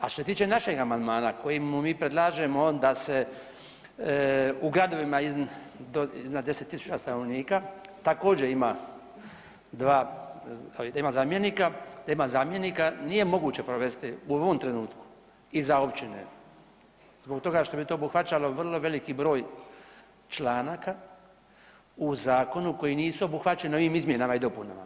A što se tiče našeg amandmana koji mu mi predlažemo da se u gradovima iznad 10 000 stanovnika također ima dva, da ima zamjenika nije moguće provesti u ovom trenutku i za općine zbog toga što bi to obuhvaćalo vrlo veliki broj članaka u zakonu koji nisu obuhvaćeni ovim izmjenama i dopunama.